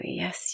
yes